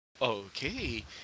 Okay